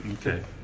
Okay